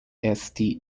the